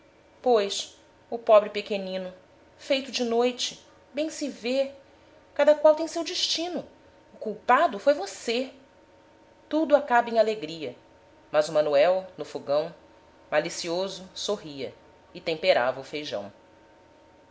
pois o pobre pequenino feito de noite bem se vê cada qual tem seu destino o culpado foi você tudo acaba em alegria mas o manuel no fogão malicioso sorria e temperava o feijão